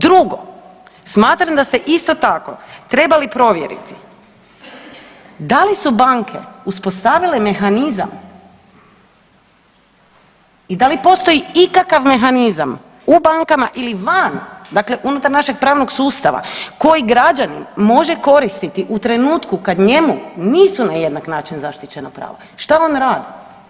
Drugo, smatram da ste isto tako trebali provjeriti da li su banke uspostavile mehanizam i da li postoji ikakav mehanizam u bankama ili van, dakle unutar našeg pravnog sustava, koji građanin može koristiti u trenutku kad njemu nisu na jednak način zaštićena prava, šta on radi?